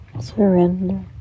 Surrender